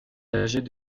âgés